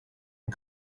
une